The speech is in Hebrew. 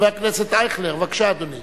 חבר הכנסת אייכלר, בבקשה, אדוני.